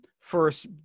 first